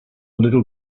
little